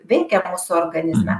veikia mūsų organizme